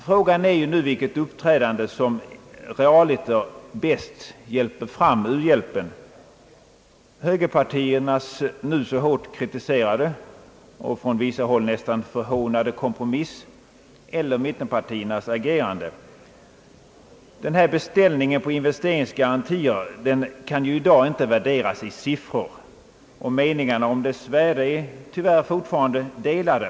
Frågan är nu vilket uppträdande som realiter bäst hjälper fram u-hjälpen, högerpartiets och socialdemokraternas nu så hårt kritiserade och från vissa håll nästan förhånade kompromiss eller mittenpartiernas agerande. Beställningen på investeringsgarantier kan ju i dag inte värderas i siffror, och meningarna om dess värde är tyvärr fortfarande delade.